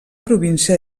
província